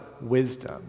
wisdom